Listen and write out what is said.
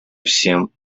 всем